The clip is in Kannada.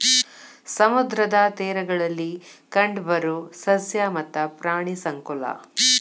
ಸಮುದ್ರದ ತೇರಗಳಲ್ಲಿ ಕಂಡಬರು ಸಸ್ಯ ಮತ್ತ ಪ್ರಾಣಿ ಸಂಕುಲಾ